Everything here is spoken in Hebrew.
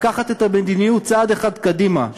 לקחת את המדיניות צעד אחד קדימה,